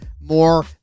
more